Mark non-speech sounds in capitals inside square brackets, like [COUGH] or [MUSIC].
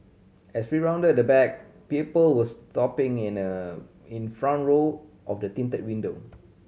as we rounded the back people were stopping in a in front [UNINTELLIGIBLE] of the tinted window